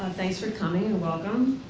ah thanks for coming and welcome.